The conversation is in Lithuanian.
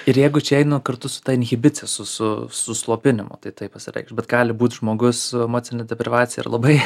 ir jeigu čia eina kartu su ta inhibicija su su su slopinimu tai taip pasireikš bet gali būt žmogus su emocine deprivacija ir labai